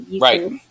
Right